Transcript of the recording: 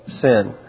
sin